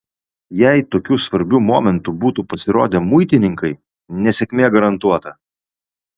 jei tokiu svarbiu momentu būtų pasirodę muitininkai nesėkmė garantuota